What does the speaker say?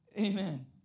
Amen